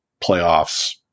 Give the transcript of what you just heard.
playoffs